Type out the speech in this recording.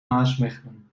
maasmechelen